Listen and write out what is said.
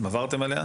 עברתם עליה?